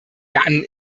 dann